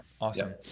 Awesome